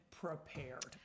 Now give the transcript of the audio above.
prepared